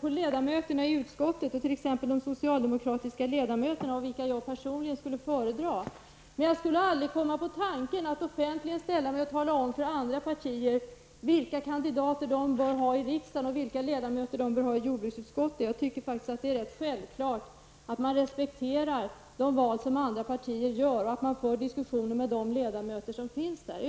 på ledamöterna i utskottet och vilka socialdemokrater jag personligen skulle föredra, men jag skulle aldrig komma på tanken att offentligt ställa mig och tala om för andra partier vilka personer de bör ha i riksdagen och vilka ledamöter de bör ha i jordbruksutskottet. Jag tycker att det är självklart att man respekterar de val som andra partier gör till utskotten och att man för diskussioner med de ledamöter som finns där.